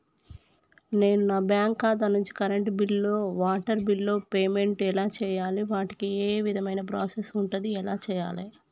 నేను నా బ్యాంకు ఖాతా నుంచి కరెంట్ బిల్లో వాటర్ బిల్లో పేమెంట్ ఎలా చేయాలి? వాటికి ఏ విధమైన ప్రాసెస్ ఉంటది? ఎలా చేయాలే?